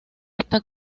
esta